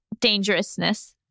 dangerousness